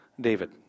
David